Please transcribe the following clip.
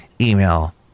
email